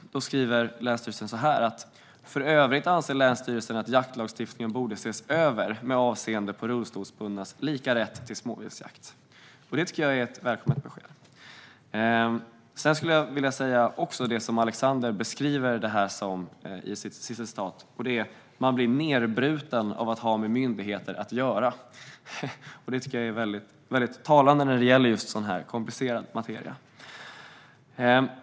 Man skriver: "För övrigt anser Länsstyrelsen att jaktlagstiftningen borde ses över med avseende på rullstolsbundnas lika rätt till småviltsjakt." Det tycker jag är ett välkommet besked. Jag skulle även vilja ta upp Alexanders sista citat i artikeln, nämligen: "Man blir nerbruten av att ha med myndigheter att göra." Det tycker jag är väldigt talande när det gäller just sådan här komplicerad materia.